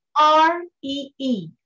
R-E-E